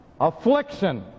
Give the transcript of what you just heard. affliction